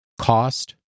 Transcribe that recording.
cost